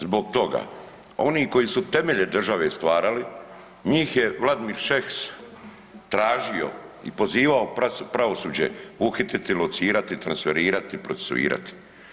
Zbog toga oni koji su temelje države stvarali njih je Vladimir Šeks tražio i pozivao pravosuđe uhititi, locirati, transferirati, procesuirati.